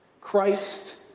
Christ